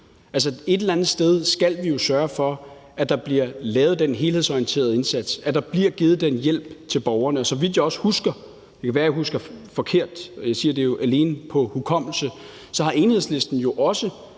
et eller andet sted skal vi jo sørge for, at der bliver lavet den helhedsorienterede indsats, at der bliver givet den hjælp til borgerne, og så vidt jeg husker – det kan være, jeg husker forkert, for som sagt er det alene ud fra hukommelsen – har Enhedslisten jo også